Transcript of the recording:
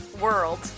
world